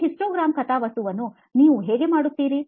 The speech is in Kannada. ಈ ಹಿಸ್ಟೋಗ್ರಾಮ್ ಕಥಾವಸ್ತುವನ್ನು ನೀವು ಹೇಗೆ ಮಾಡುತ್ತೀರಿ